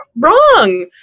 wrong